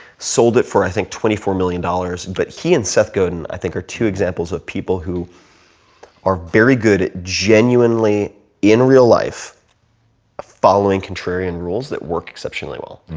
sold it for i think twenty four million dollars but he and seth godin i think are two examples of people who are very good at genuinely in real life following contrarian rules that work exceptionally well.